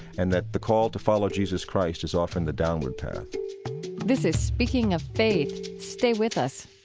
and that the call to follow jesus christ is often the downward path this is speaking of faith. stay with us